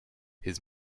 his